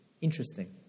interesting